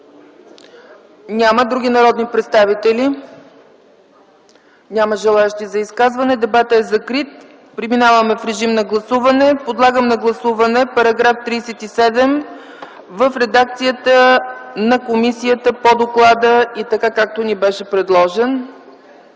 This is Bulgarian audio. Няма. Други народни представители? Няма желаещи за изказване. Дебатът е закрит. Преминаваме в режим на гласуване. Подлагам на гласуване § 37 в редакция на комисията по доклада и така, както ни беше предложен.